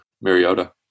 Mariota